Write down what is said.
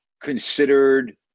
considered